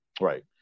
right